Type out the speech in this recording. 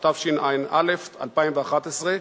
התשע"א 2011,